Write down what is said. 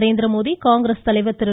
நரேந்திரமோடி காங்கிரஸ் தலைவர் திரு